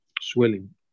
swelling